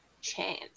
Chance